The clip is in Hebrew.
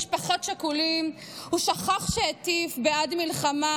הורים שכולים / הוא שכח שהטיף בעד מלחמה